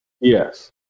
Yes